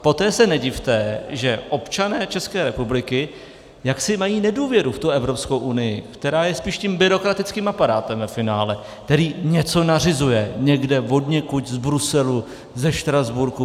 Poté se nedivte, že občané České republiky jaksi mají nedůvěru v tu Evropskou unii, která je spíš tím byrokratickým aparátem ve finále, který něco nařizuje, někde odněkud z Bruselu, ze Štrasburku.